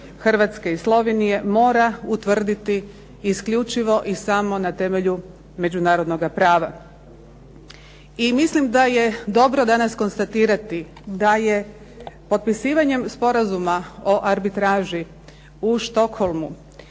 Hrvatske i Slovenije mora utvrditi isključivo i samo na temelju međunarodnoga prava. I mislim da je dobro danas konstatirati da je potpisivanjem Sporazuma o arbitraži u Stocholmu